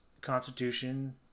constitution